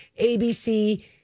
ABC